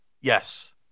Yes